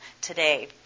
today